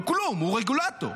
הוא כלום, הוא רגולטור.